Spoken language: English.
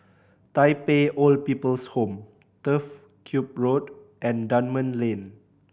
Tai Pei Old People's Home Turf Ciub Road and Dunman Lane